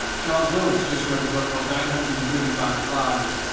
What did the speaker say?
and charles lewis just wrote a book called nine hundred and thirty five lies,